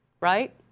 Right